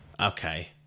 Okay